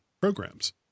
programs